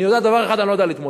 עם דבר אחד אני לא יודע להתמודד.